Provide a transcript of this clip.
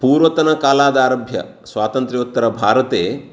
पूर्वतनकालादारभ्य स्वातन्त्र्योत्तरभारते